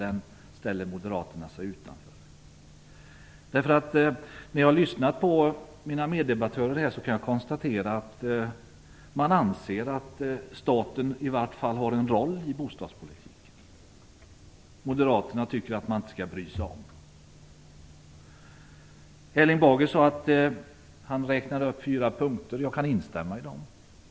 Det beklagar jag. När jag lyssnar på mina meddebattörer kan jag konstatera att man anser att staten i varje fall har en roll i bostadspolitiken. Moderaterna tycker att man inte skall bry sig om. Erling Bager räknade upp fyra punkter. Jag kan instämma i dem.